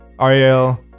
Ariel